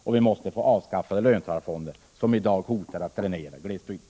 Och vi måste avskaffa löntagarfonderna, som i dag hotar att dränera glesbygden.